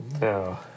No